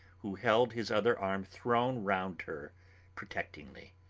who held his other arm thrown round her protectingly.